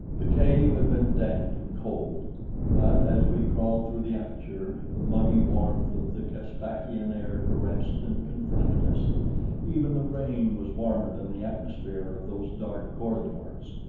the cave had been damp and cold but as we crawled through the aperture, the muggy warmth of the caspakian air caressed and confronted us even the rain was warmer than the atmosphere of those dark corridors.